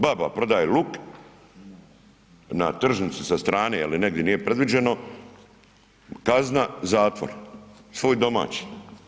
Baba prodaje luk na tržnici sa strane ili negdje gdje nije predviđeno, kazna zatvor, svoj domaći.